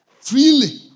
freely